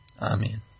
Amen